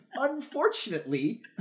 unfortunately